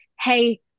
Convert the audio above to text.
Hey